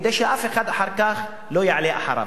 כדי שאף אחד אחר כך לא יעלה אחריו.